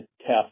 test